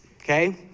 okay